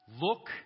Look